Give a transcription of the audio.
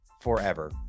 forever